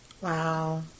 Wow